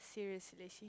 serious relation